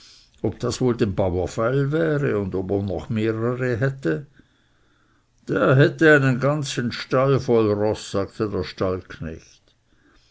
ob das wohl dem bauer feil wäre und ob er noch mehrere hätte der hätte einen ganzen stall voll roß sagte der stallknecht